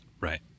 Right